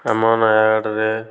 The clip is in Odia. ଆମ ନୟାଗଡ଼ରେ